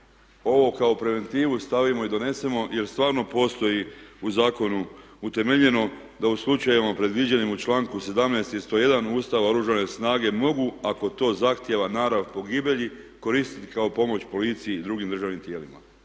ovo kao preventivu stavimo i donesemo jer stvarno postoji u zakonu utemeljeno da u slučajevima predviđenim u članku 17. i 101. Ustava Oružane snage mogu ako to zahtjeva narav pogibelji koristiti kao pomoć policiji i drugim državnim tijelima.